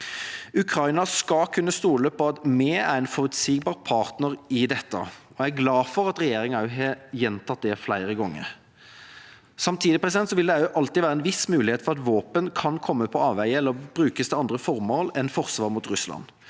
Ukraina skal kunne stole på at vi er en forutsigbar partner i dette, og jeg er glad for at regjeringa har gjentatt det flere ganger. Samtidig vil det alltid være en viss mulighet for at våpen kan komme på avveier eller brukes til andre formål enn til forsvar mot Russland.